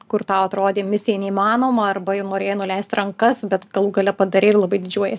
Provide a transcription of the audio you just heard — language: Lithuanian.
kur tau atrodė misija neįmanoma arba jau norėjai nuleist rankas bet galų gale padarei ir labai didžiuojiesi